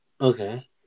Okay